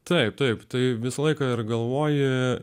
taip taip tai visą laiką galvoja